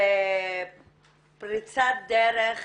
זו פריצת דרך